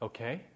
Okay